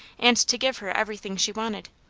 and to give her everything she wanted.